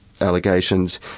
allegations